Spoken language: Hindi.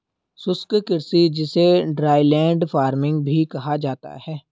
शुष्क कृषि जिसे ड्राईलैंड फार्मिंग भी कहा जाता है